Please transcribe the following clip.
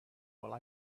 while